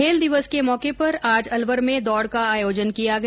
खेल दिवस के मौके पर आज अलवर में दौड़ का आयोजन किया गया